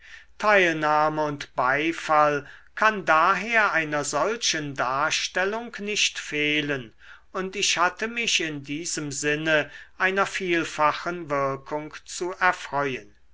teilnahme und beifall kann daher einer solchen darstellung nicht fehlen und ich hatte mich in diesem sinne einer vielfachen wirkung zu erfreuen